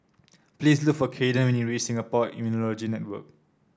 please look for Caden when you reach Singapore Immunology Network